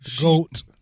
goat